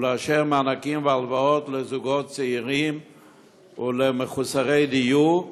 הוא לאשר מענקים והלוואות לזוגות צעירים ולמחוסרי דיור,